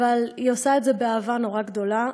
אבל היא עושה את זה באהבה נורא גדולה,